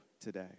today